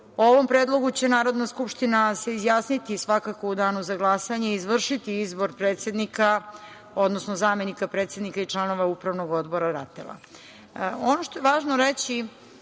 ovom predlogu će Narodna skupština se izjasniti svakako u danu za glasanje i izvršiti izbor predsednika, odnosno zamenika predsednika i članova Upravnog odbora